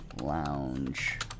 lounge